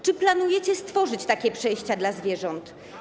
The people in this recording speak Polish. Czy planujecie stworzyć takie przejścia dla zwierząt?